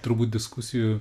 turbūt diskusijų